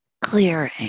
Clearing